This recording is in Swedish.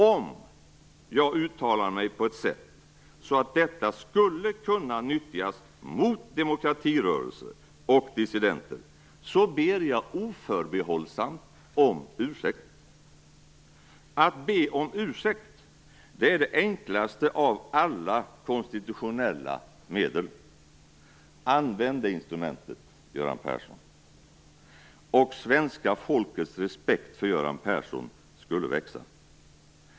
Om jag uttalade mig på ett sådant sätt att detta skulle kunna nyttjas mot demokratirörelser och dissidenter, ber jag oförbehållsamt om ursäkt. Att be om ursäkt är det enklaste av alla konstitutionella medel. Använd det instrumentet, Göran Persson, och svenska folkets respekt för Göran Persson skulle växa!